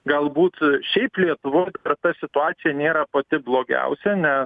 galbūt šiaip lietuvoj ta situacija nėra pati blogiausia ne